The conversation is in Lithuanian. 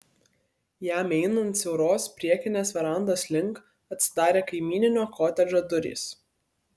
jam einant siauros priekinės verandos link atsidarė kaimyninio kotedžo durys